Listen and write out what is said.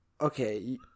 Okay